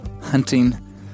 hunting